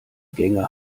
gänge